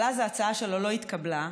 אבל אז ההצעה שלו לא התקבלה.